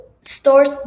stores